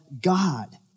God